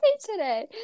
today